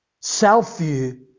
Self-view